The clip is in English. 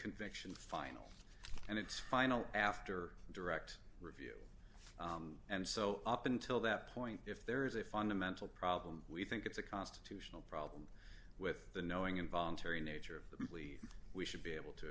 conviction final and its final after direct written and so up until that point if there is a fundamental problem we think it's a constitutional problem with the knowing involuntary nature of the plea we should be able to